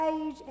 age